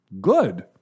good